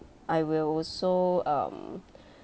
I will also um